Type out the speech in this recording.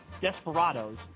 desperados